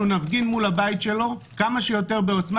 נפגין מול הבית שלו כמה שיותר בעצמה,